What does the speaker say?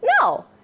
No